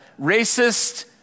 racist